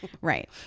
Right